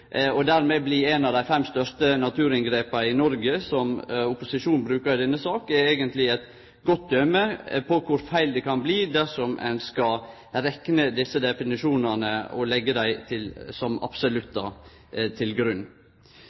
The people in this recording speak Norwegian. og som dermed blir eit av dei fem største naturinngrepa i Noreg, som opposisjonen brukar i denne saka, er eigentleg eit godt døme på kor feil det kan bli dersom ein skal leggje desse definisjonane til grunn og ha dei som